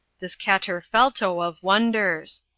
this katterfelto of wonders!